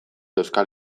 euskal